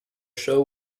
show